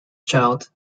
child